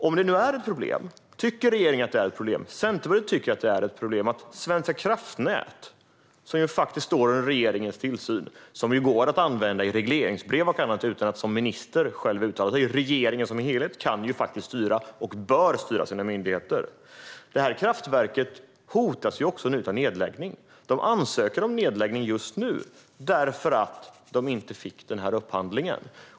Tycker regeringen att detta är ett problem? Centerpartiet tycker att det är ett problem att Svenska kraftnät gör så här. Svenska kraftnät står under regeringens tillsyn, vilken går att använda i regleringsbrev och annat utan att man som minister själv uttalar sig. Regeringen som helhet kan styra, och bör styra, sina myndigheter. Detta kraftverk hotas nu av nedläggning; man ansöker om nedläggning just nu därför att man inte fick upphandlingen.